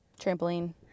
trampoline